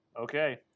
Okay